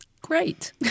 Great